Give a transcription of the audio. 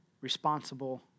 responsible